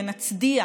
ונצדיע